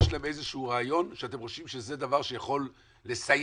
איזה שהוא רעיון שאתם חושבים שזה דבר שיכול לסייע?